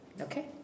Okay